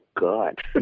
God